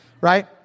right